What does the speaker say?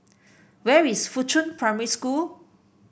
where is Fuchun Primary School